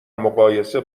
مقایسه